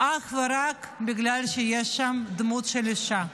אך ורק בגלל שיש שם דמות של אישה.